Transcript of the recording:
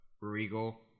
regal